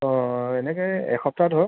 অঁ এনেকৈ এসপ্তাহ ধৰক